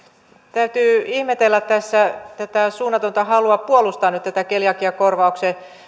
täytyy ihmetellä tässä tätä suunnatonta halua puolustaa tätä keliakiakorvauksen